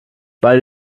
weil